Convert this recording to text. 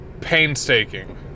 painstaking